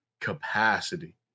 capacity